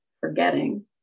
forgetting